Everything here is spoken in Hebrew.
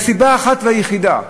מהסיבה האחת והיחידה,